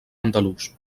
andalús